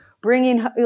bringing –